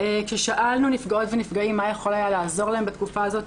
כשאלנו נפגעות ונפגעים מה יכול היה לעזור להם בתוקפה הזאת,